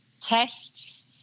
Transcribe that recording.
tests